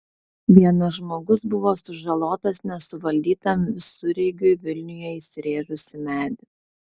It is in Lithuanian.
vienas žmogus buvo sužalotas nesuvaldytam visureigiui vilniuje įsirėžus į medį